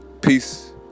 Peace